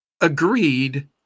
agreed